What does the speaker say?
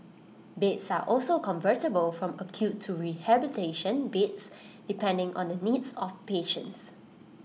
beds are also convertible from acute to rehabilitation beds depending on the needs of patients